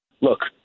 look